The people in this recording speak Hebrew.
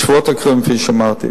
בשבועות הקרובים, כפי שאמרתי.